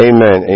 Amen